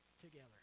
together